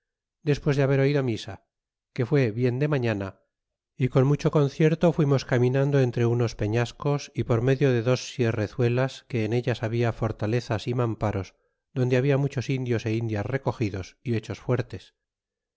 despues de haber oido misa que fué bien de mañana y con mucho concierto fuimos caminando entre unos peñascos y por medio de dos sierrezuelas que en ellas habia fortalezas y mamparos donde habla muchos indios é indias recogidos é hechos fuertes